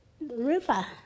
river